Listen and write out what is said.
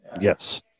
Yes